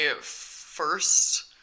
first